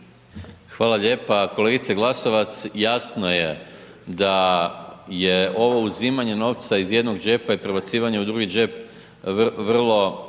Hvala lijepa kolegice Glasovac jasno je da je ovo uzimanje novca iz jednog džepa i prebacivanje u drugi džep vrlo